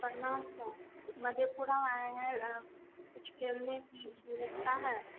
प्रणाम सर मधेपुरा में आए हैं कुछ खेलने की व्यवस्था है